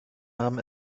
haben